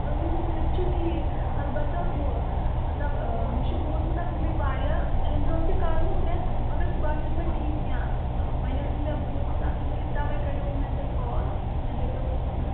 سُہ تہِ چھُ ٹھیٖک اَلبتہٕ ہُو مطلب مےٚ چھِ بوٗزمُت اَتھ متعلق واریاہ اَمہِ برٛوٗنٹھ تہِ کَرنو مےٚ مگر سُہ باسٮ۪و نہَ مےٚ ٹھیٖک کیٚنٛہہ تہٕ وۅنۍ اوس مےٚ بوٗزمُت اَتھ متعلق تَوَے کٔریو مےٚ تۅہہِ کال مےٚ دَپیٛو